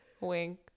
Wink